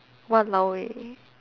!walao! eh